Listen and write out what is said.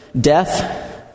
death